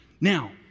Now